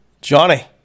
Johnny